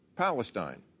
Palestine